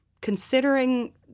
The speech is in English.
considering